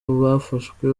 bafashwe